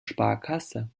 sparkasse